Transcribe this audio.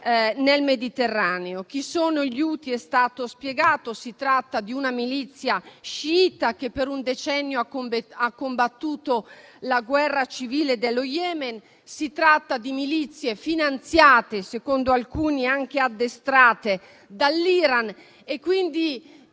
nel Mediterraneo. Chi sono gli Houthi è stato spiegato: si tratta di una milizia sciita che per un decennio ha combattuto la guerra civile dello Yemen. Si tratta di milizie finanziate, secondo alcuni anche addestrate, dall'Iran e quindi